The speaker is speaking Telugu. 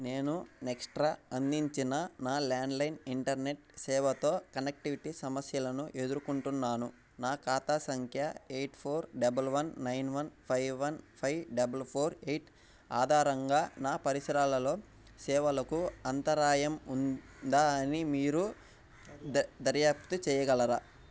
నేను నెక్సట్రా అందించిన నా ల్యాండ్లైన్ ఇంటర్నెట్ సేవతో కనెక్టివిటీ సమస్యలను ఎదుర్కొంటున్నాను నా ఖాతా సంఖ్య eight four double one nine one five one five double four eight ఆధారంగా నా పరిసరాల్లో సేవలకు అంతరాయం ఉందా అని మీరు ద దర్యాప్తు చేయగలరా